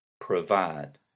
Provide